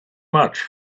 much